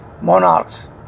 monarchs